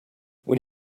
when